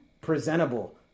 presentable